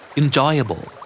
enjoyable